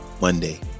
Monday